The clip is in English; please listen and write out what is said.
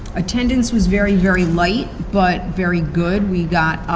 attendance was very, very light, but very good. we got